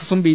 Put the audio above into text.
എസും ബി